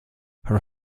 her